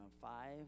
five